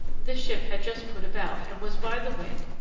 this ship had just put about, and was by the wind,